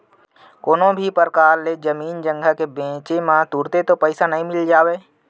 कोनो भी परकार ले जमीन जघा के बेंचब म तुरते तो पइसा मिल नइ जावय